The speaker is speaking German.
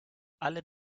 alle